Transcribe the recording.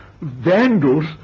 vandals